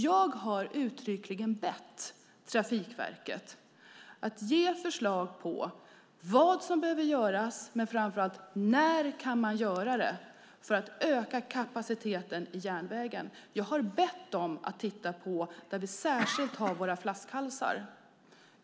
Jag har uttryckligen bett Trafikverket att ge förslag på vad som behöver göras, men framför allt när man kan göra det, för att öka kapaciteten i järnvägen. Jag har bett dem att titta på de områden där de särskilda flaskhalsarna finns.